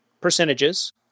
percentages